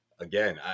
again